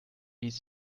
ließ